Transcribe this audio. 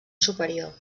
superior